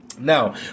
Now